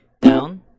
down